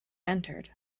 entered